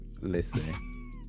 Listen